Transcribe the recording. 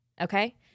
Okay